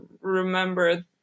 remember